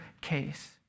case